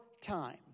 time